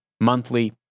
monthly